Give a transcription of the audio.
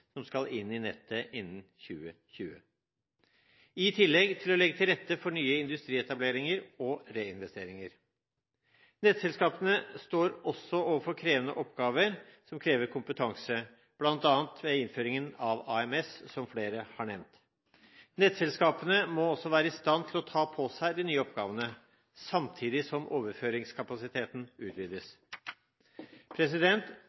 som skal inn i nettet innen 2020, i tillegg til å legge til rette for nye industrietableringer og reinvesteringer. Nettselskapene står også overfor store oppgaver som krever kompetanse, bl.a. ved innføringen av AMS, som flere har nevnt. Nettselskapene må også være i stand til å ta på seg de nye oppgavene samtidig som overføringskapasiteten